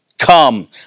Come